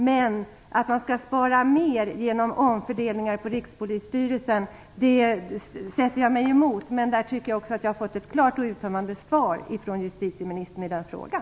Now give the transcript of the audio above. Men att man skall spara mer genom omfördelningar på Rikspolisstyrelsen sätter jag mig emot. Men i den frågan tycker jag att jag har fått ett klart och uttömmande svar av justitieministern.